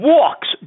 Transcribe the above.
Walks